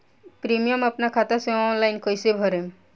Premium अपना खाता से ऑनलाइन कईसे भरेम?